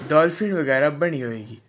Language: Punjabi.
ਡੋਲਫਿਨ ਵਗੈਰਾ ਬਣੀ ਹੋਏਗੀ